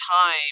time